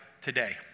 today